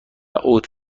اوت